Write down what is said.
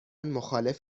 مخالف